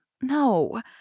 no